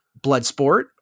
Bloodsport